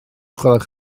gwelwch